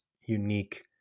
unique